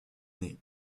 nés